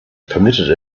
permitted